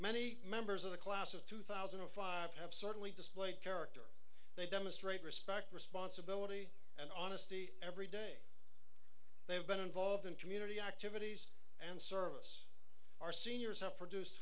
many members of the class of two thousand and five have certainly displayed character they demonstrate respect responsibility and honesty every day they have been involved in community activities and service our seniors have produce